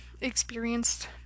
experienced